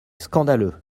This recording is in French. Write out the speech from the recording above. scandaleux